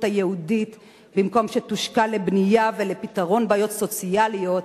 היהודית במקום שתושקע בבנייה ובפתרון בעיות סוציאליות,